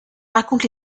raconte